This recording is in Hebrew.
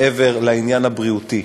מעבר לעניין הבריאותי: